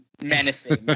menacing